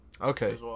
Okay